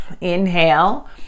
inhale